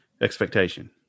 expectation